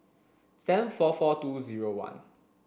seven four four two zero one